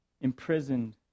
imprisoned